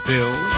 Bill